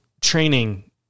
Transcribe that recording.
training